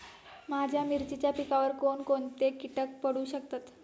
माझ्या मिरचीच्या पिकावर कोण कोणते कीटक पडू शकतात?